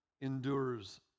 endures